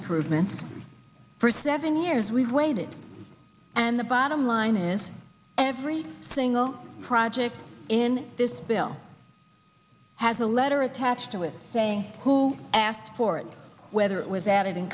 improvements for seven years we've waited and the bottom line is every single project in this bill has a letter attached to it saying who asked for it whether it was